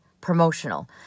promotional